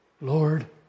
Lord